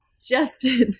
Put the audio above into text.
Justin